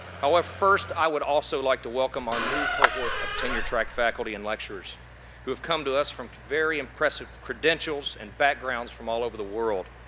first i would also like to welcome our new cohort of tenure track faculty and lecturers who have come to us from very impressive credentials and backgrounds from all over the world.